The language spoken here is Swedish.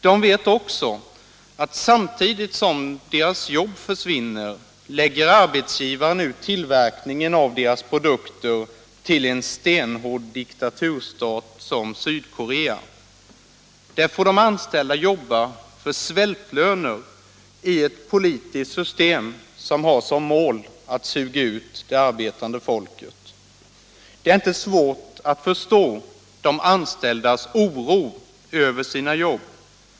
De vet också att samtidigt som deras jobb försvinner lägger arbetsgivaren ut tillverkningen av deras produkter till en stenhård diktaturstat som Sydkorea. Där får de anställda jobba för svältlöner i ett politiskt system som har som mål att suga ut det arbetande folket. Det är inte svårt att förstå de anställdas oro över sina 135 jobb.